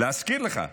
להזכיר לך,